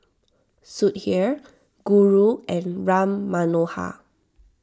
Sudhir Guru and Ram Manohar